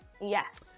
yes